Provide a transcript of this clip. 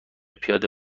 پیاده